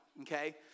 okay